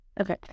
Okay